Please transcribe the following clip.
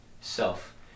self